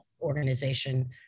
Organization